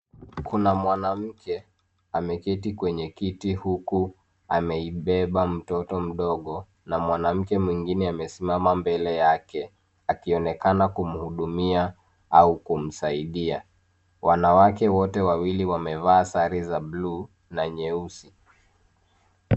Kuna mwanamke ameketi kwenye kiti huku ameibeba mtoto mdogo na mwanamke mwingine amesimama mbele yake akionekana kumhudumia au kumsaidia . Wanawake wote wawili wamevaa sare za bluu na nyeusi.